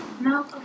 No